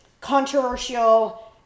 controversial